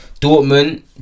Dortmund